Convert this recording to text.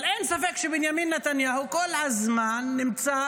אבל אין ספק שבנימין נתניהו כל הזמן נמצא